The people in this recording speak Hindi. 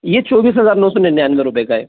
ये चौबीस हज़ार नौ सौ निन्यानवे रुपए का है